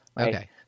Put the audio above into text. Okay